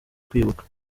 kwibuka